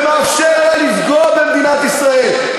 ומאפשר לה לפגוע במדינת ישראל.